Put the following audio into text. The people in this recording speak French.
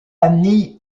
annie